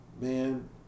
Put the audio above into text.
Man